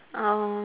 uh